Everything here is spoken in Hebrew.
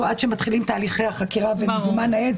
עד שמתחילים תהליכי החקירה והעד מזומן.